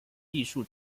艺术